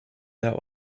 that